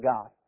God